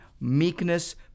meekness